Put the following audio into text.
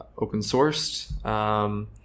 open-sourced